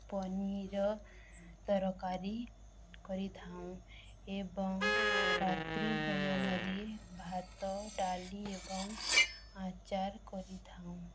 ପନିର ତରକାରୀ କରିଥାଉ ଏବଂ ରାତ୍ରି ଭୋଜନରେ ଭାତ ଡାଲି ଏବଂ ଆଚାର କରିଥାଉ